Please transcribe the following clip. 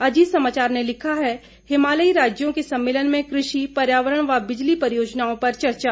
अजीत समाचार ने लिखा है हिमालयी राज्यों के सम्मेलन में कृषि पर्यावरण व बिजली परियोजनाओं पर चर्चा